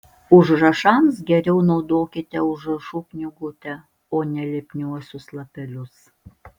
užrašams geriau naudokite užrašų knygutę o ne lipniuosius lapelius